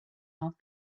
off